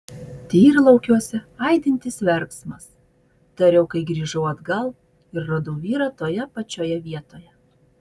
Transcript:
tyrlaukiuose aidintis verksmas tariau kai grįžau atgal ir radau vyrą toje pačioje vietoje